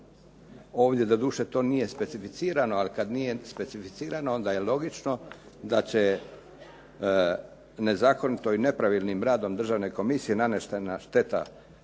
Ovdje doduše to nije specificirano, ali kada nije specificirano onda je logično da će nezakonito i nepravilnim radom Državne komisije nanesena šteta